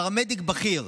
פרמדיק בכיר,